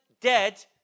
dead